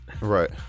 right